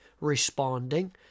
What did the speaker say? responding